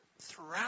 throughout